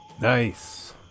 Nice